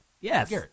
Yes